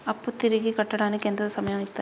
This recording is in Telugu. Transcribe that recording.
అప్పు తిరిగి కట్టడానికి ఎంత సమయం ఇత్తరు?